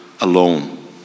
alone